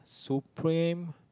Supreme